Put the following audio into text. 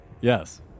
Yes